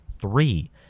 three